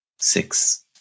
Six